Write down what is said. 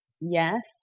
Yes